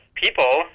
People